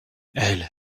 elle